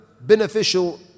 beneficial